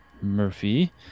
Murphy